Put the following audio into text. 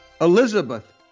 Elizabeth